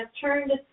turned